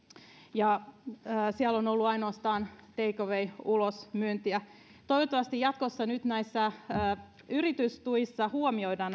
ja siellä on ollut ainoastaan take away ulosmyyntiä toivottavasti jatkossa nyt yritystuissa huomioidaan